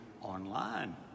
online